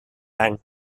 any